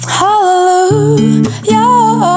hallelujah